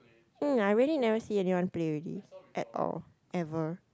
mm I really never see anyone play already at all ever